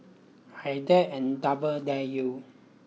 I dare and double dare you